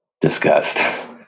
Disgust